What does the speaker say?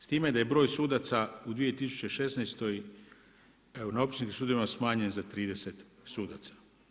S time da je broj sudaca u 2016. na općinskim sudova smanjen za 30 sudaca.